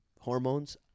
hormones